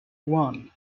one